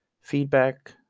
feedback